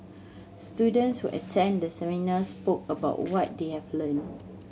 students who attended the seminar spoke about what they have learned